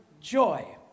joy